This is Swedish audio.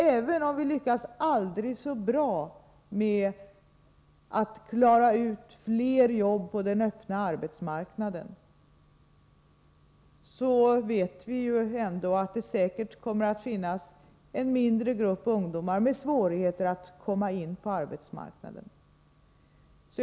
Även om vi lyckas aldrig så bra med att få fler jobb på den öppna arbetsmarknaden, kommer det ändå säkert att finnas en mindre grupp ungdomar med svårigheter att komma in på arbetsmarknaden.